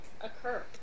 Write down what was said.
occur